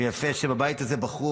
ויפה שבבית הזה בחרו,